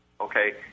Okay